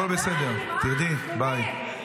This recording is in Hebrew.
תרדי, הכול בסדר, תרדי, ביי.